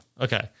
Okay